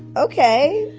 okay.